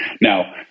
now